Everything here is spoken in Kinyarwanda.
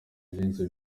byinshi